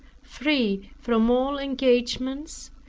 free from all engagements,